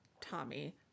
Tommy